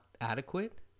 adequate